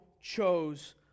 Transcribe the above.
chose